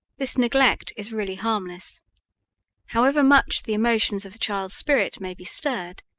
this neglect is really harmless however much the emotions of the child's spirit may be stirred,